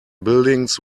buildings